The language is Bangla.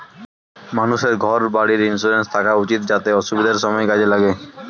মানুষের ঘর বাড়ির ইন্সুরেন্স থাকা উচিত যাতে অসুবিধার সময়ে কাজে লাগে